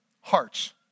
hearts